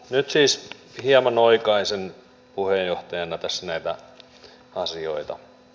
nyt siis hieman oikaisen puheenjohtajana tässä näitä asioita